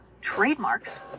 Trademarks